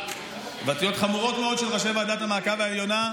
התבטאויות חמורות מאוד של ראשי ועדת המעקב העליונה,